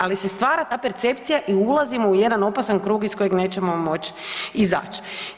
Ali se stvara ta percepcija i ulazimo u jedan opasan krug iz kojeg nećemo moći izaći.